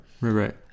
Right